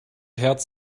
herz